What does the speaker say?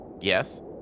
yes